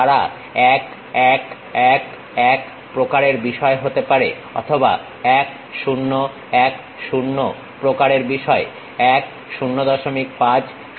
তারা 1 1 1 1 প্রকারের বিষয় হতে পারে অথবা 1 0 1 0 প্রকারের বিষয় 1 05 01 সেই প্রকারের বিষয়